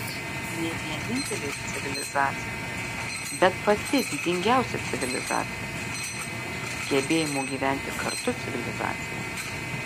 ne vienintelė civilizacija bet pati didingiausia civilizacija gebėjimo gyventi kartu civilizacija